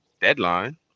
Deadline